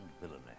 villainy